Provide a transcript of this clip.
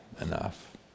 enough